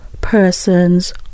persons